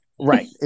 right